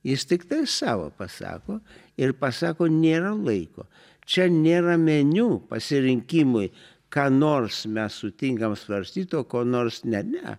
jis tiktai savo pasako ir pasako nėra laiko čia nėra meniu pasirinkimui ką nors mes sutinkam svarstyt o ko nors ne ne